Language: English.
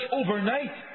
overnight